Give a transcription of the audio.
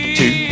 two